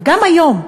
וגם היום,